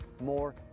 more